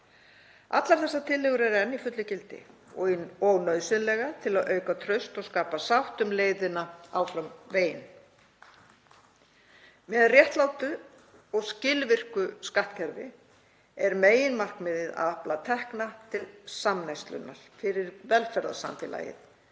Allar þessar tillögur eru enn í fullu gildi og eru nauðsynlegar til að auka traust og skapa sátt um leiðina áfram veginn. Með réttlátu og skilvirku skattkerfi er meginmarkmiðið að afla tekna til samneyslunnar, fyrir velferðarsamfélagið